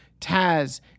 Taz